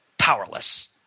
Powerless